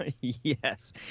Yes